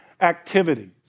activities